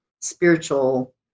spiritual